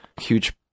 huge